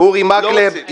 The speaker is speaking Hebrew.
אורי מקלב,